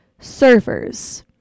surfers